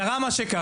קרה מה שקרה,